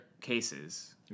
cases